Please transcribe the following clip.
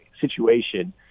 situation